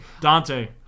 Dante